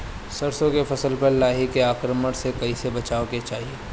सरसो के फसल पर लाही के आक्रमण से कईसे बचावे के चाही?